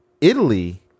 Italy